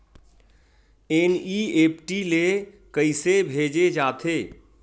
NEFT ले कइसे भेजे जाथे?